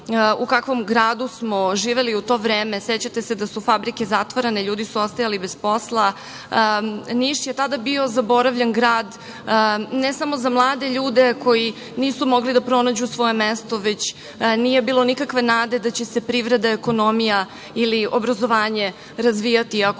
u kakvom gradu smo živeli u to vreme. Sećate se da su fabrike zatvarane, ljudi su ostajali bez posla. Niš je tada bio zaboravljen grad, ne samo za mlade ljude koji nisu mogli da pronađu svoje mesto, već nije bilo nikakve nade da će se privreda, ekonomija ili obrazovanje razvijati, ako